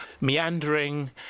meandering